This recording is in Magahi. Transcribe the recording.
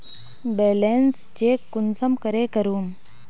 बैलेंस चेक कुंसम करे करूम?